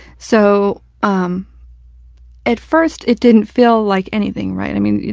so um at first it didn't feel like anything, right, i mean,